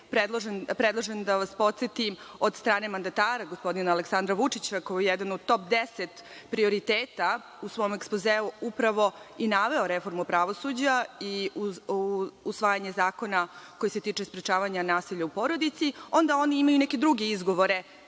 predložen, da vas podsetim od strane mandatara, gospodina Aleksandra Vučića, koji je u jedan od top deset prioriteta u svom ekspozeu upravo i naveo reformu pravosuđa i usvajanje zakona koji se tiče sprečavanja nasilja u porodici, onda oni imaju neke druge izgovore